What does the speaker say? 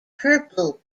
purple